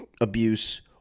abuse